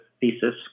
thesis